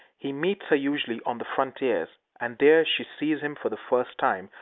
he meets her usually on the frontiers and there she sees him for the first time,